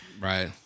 Right